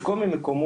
בכל מיני מקומות,